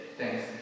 thanks